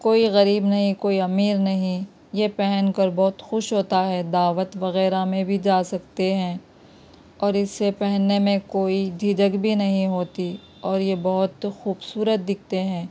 کوئی غریب نہیں کوئی امیر نہیں یہ پہن کر بہت خوش ہوتا ہے دعوت وغیرہ میں بھی جا سکتے ہیں اور اسے پہننے میں کوئی جھجھک بھی نہیں ہوتی اور یہ بہت خوبصورت دکھتے ہیں